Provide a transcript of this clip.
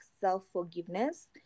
self-forgiveness